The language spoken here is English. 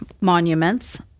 monuments